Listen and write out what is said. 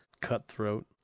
cutthroat